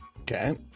Okay